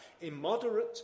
immoderate